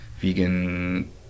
vegan